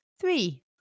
Three